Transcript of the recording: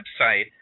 website